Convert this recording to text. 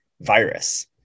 virus